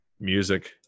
music